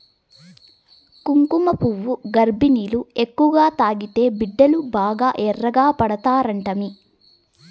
కుంకుమపువ్వు గర్భిణీలు ఎక్కువగా తాగితే బిడ్డలు బాగా ఎర్రగా పడతారంటమ్మీ